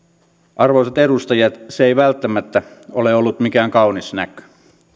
arvoisat edustajat se ei välttämättä ole ollut mikään kaunis näky